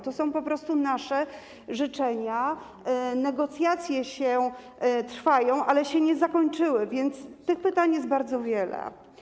To są po prostu nasze życzenia, negocjacje trwają, ale się nie zakończyły, więc tych pytań jest bardzo wiele.